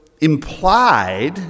implied